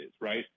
right